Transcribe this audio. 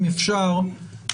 אם אפשר,